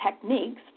techniques